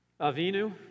Avinu